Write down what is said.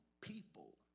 people